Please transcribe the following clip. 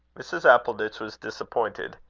mrs. appleditch was disappointed.